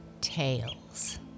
Tales